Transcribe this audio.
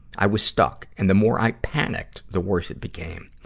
i was stuck, and the more i panicked, the worse it became.